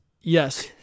yes